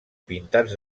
pintats